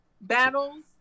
battles